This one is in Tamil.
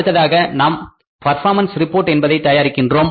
அடுத்ததாக நாம் பர்பாமன்ஸ் ரிப்போர்ட் என்பதை தயாரிக்கிறோம்